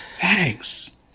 Thanks